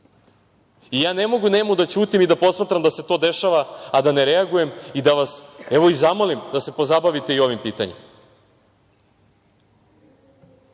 Ja ne mogu nemo da ćutim i da posmatram da se to dešava, a da ne reagujem i da vas ne zamolim da se pozabavite i ovim pitanjem.U